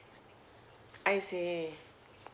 I see